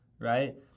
Right